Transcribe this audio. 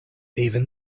even